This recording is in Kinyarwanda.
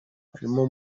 harimo